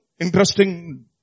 interesting